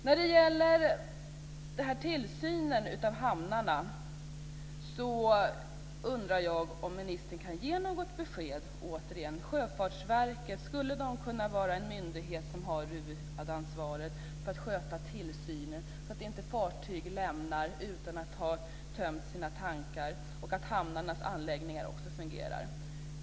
När det gäller tillsynen av hamnarna undrar jag om ministern kan ge något besked. Skulle Sjöfartsverket kunna vara en myndighet som har huvudansvaret för att sköta tillsynen, så att fartyg inte lämnar hamnarna utan att tömt sina tankar och så att hamnarnas anläggningar också fungerar?